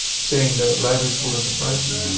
saying that life is full of surprises